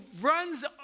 runs